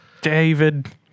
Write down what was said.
David